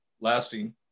lasting